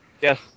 Yes